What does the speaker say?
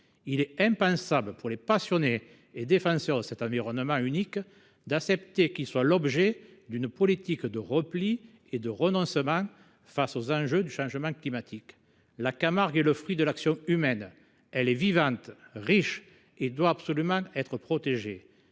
si précieuse. Pour les passionnés et défenseurs de cet environnement unique, il est impensable d’accepter qu’il soit l’objet d’une politique de repli et de renoncement face aux enjeux du changement climatique. La Camargue est le fruit de l’action humaine ; elle est vivante, riche, et doit absolument être protégée.